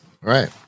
right